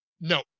No